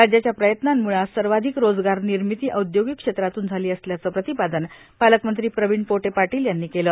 राज्याच्या प्रयत्नांमुळे आज सर्वाधिक रोजगार निर्मिती औद्योगिक क्षेत्रातून झाली असल्याचं प्रतिपादन पालकमंत्री प्रविण पोटे पाटील यांनी केलं